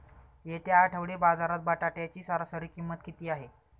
येत्या आठवडी बाजारात बटाट्याची सरासरी किंमत किती आहे?